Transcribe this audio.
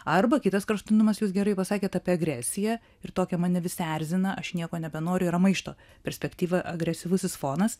arba kitas kraštutinumas jūs gerai pasakėt apie agresiją ir tokia mane visi erzina aš nieko nebenoriu yra maišto perspektyva agresyvusis fonas